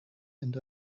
and